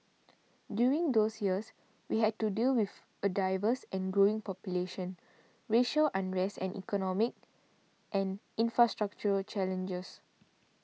during those years we had to deal with a diverse and growing population racial unrest and economic and infrastructural challenges